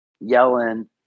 yelling